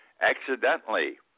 accidentally